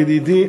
ידידי,